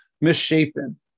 misshapen